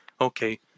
Okay